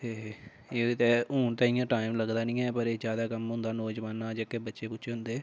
ते हून ते इ'यां टाईम लगदा नीं ऐ पर ज्यादातर कम्म होंदा नोजवाने दा जेह्ड़े बच्चे बुच्चे होंदे